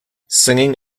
singing